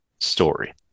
story